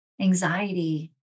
anxiety